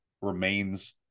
remains